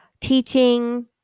teaching